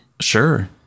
Sure